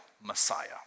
Messiah